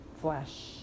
flesh